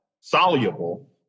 soluble